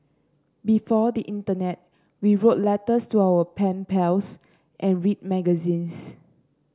before the internet we wrote letters to our pen pals and read magazines